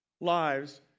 lives